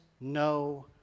no